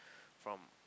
from